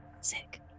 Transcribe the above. Sick